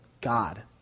God